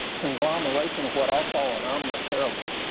conglomeration of what i call an omniterrible,